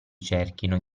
cerchino